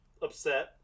Upset